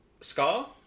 Scar